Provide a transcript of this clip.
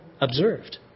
observed